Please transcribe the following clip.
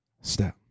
step